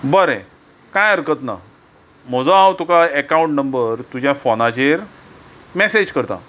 बरें कांय हरकत ना म्हजो हांव तुका एकाउंट नंबर तुज्या फोनाचेर मेसॅज करता